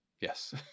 Yes